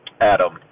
Adam